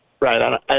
right